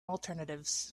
alternatives